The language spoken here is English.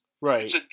Right